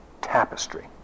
tapestry